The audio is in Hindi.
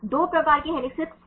2 प्रकार के हेलिसेस क्या हैं